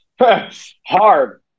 Hard